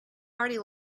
already